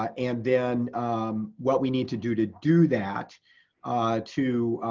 ah and then what we need to do to do that to